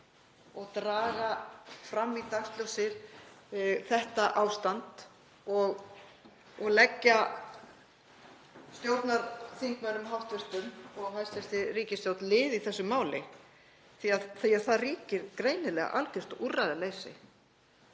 og draga fram í dagsljósið þetta ástand og leggja hv. stjórnarþingmönnum og hæstv. ríkisstjórn lið í þessu máli, því að það ríkir greinilega algjört úrræðaleysi.